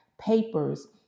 papers